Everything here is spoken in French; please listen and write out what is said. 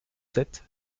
sept